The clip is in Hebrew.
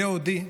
ליאו די,